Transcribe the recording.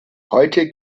heute